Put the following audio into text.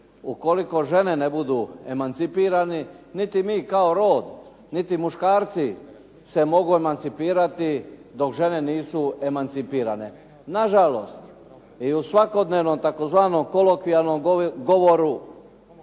ukoliko žene ne budu emancipirane niti mi kao rod, niti muškarci se mogu emancipirati dok žene nisu emancipirane. Nažalost, i u svakodnevnom tzv. kolokvijalnom govoru